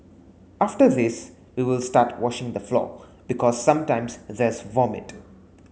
after this we will start washing the floor because sometimes there's vomit